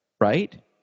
right